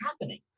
happening